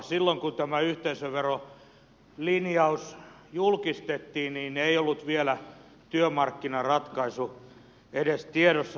silloin kun tämä yhteisöverolinjaus julkistettiin ei ollut vielä työmarkkinaratkaisu edes tiedossa